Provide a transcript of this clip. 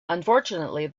unfortunately